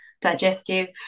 digestive